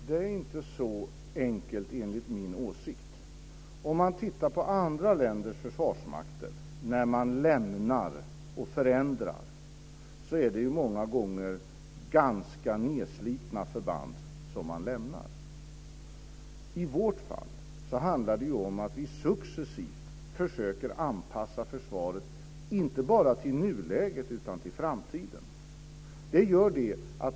Herr talman! Det är inte så enkelt, enligt min åsikt. Om man ser på andra länders försvarsmakter när de lämnar och förändrar rör det sig många gånger om ganska nedslitna förband som man lämnar. I vårt fall handlar det om att vi successivt försöker att anpassa försvaret, inte bara till nuläget utan också till framtiden.